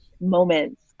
moments